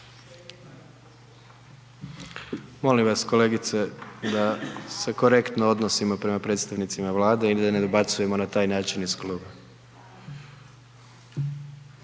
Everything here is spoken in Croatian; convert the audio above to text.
Molim vas kolegice da se korektno odnosimo prema predstavnicima Vlade i ne dobacujemo na taj način iz klupe.